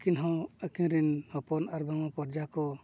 ᱟᱹᱠᱤᱱ ᱦᱚᱸ ᱟᱹᱠᱤᱱ ᱨᱮᱱ ᱦᱚᱯᱚᱱ ᱟᱨ ᱵᱟᱝᱢᱟ ᱯᱚᱨᱡᱟ ᱠᱚ